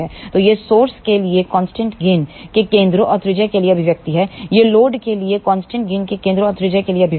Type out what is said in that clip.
तो ये स्रोत के लिए कांस्टेंट गेन के केंद्र और त्रिज्या के लिए अभिव्यक्ति हैं ये लोड के लिए कांस्टेंट गेन के केंद्र और त्रिज्या के लिए अभिव्यक्ति हैं